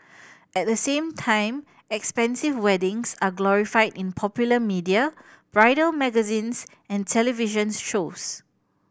at the same time expensive weddings are glorified in popular media bridal magazines and television shows